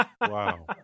Wow